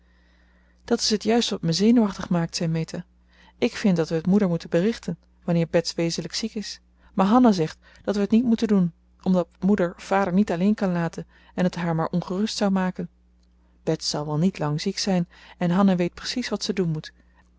dat is het juist wat me zenuwachtig maakt zei meta ik vind dat we het moeder moeten berichten wanneer bets wezenlijk ziek is maar hanna zegt dat we het niet moeten doen omdat moeder vader niet alleen kan laten en het haar maar ongerust zou maken bets zal wel niet lang ziek zijn en hanna weet precies wat ze doen moet